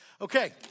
Okay